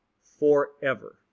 forever